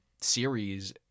series